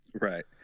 Right